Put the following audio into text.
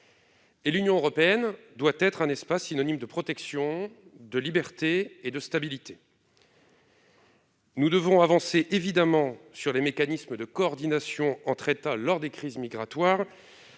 l'Union européenne doit être un espace de protection, de liberté et de stabilité. Nous devons avancer, évidemment, sur les mécanismes de coordination entre États lors des crises migratoires,